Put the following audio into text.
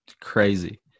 Crazy